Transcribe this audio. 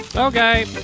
Okay